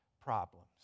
problems